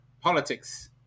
politics